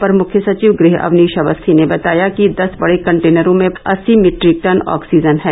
अपर मुख्य सचिव गृह अवनीश अवस्थी ने बताया कि दस बड़े कटेनरों में अस्सी मीट्रिक टन ऑक्सीजन है